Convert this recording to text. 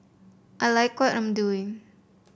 I like what I'm doing